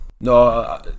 no